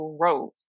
growth